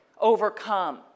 overcome